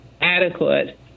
adequate